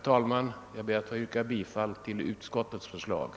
Jag ber att få yrka bifall till utskottets : hemställan.